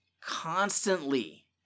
constantly